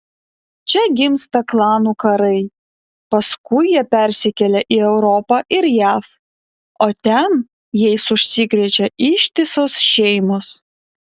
čia gimsta klanų karai paskui jie persikelia į europą ir jav o ten jais užsikrečia ištisos šeimos